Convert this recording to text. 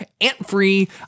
Ant-free